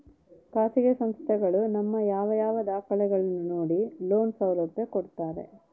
ಖಾಸಗಿ ಸಂಸ್ಥೆಗಳು ನಮ್ಮ ಯಾವ ಯಾವ ದಾಖಲೆಗಳನ್ನು ನೋಡಿ ಲೋನ್ ಸೌಲಭ್ಯ ಕೊಡ್ತಾರೆ?